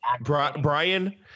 Brian